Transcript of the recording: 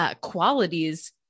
qualities